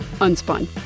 Unspun